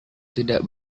tidak